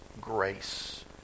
grace